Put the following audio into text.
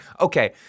Okay